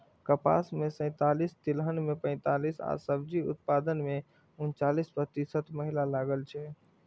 कपास मे सैंतालिस, तिलहन मे पैंतालिस आ सब्जी उत्पादन मे उनचालिस प्रतिशत महिला लागल छै